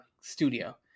studio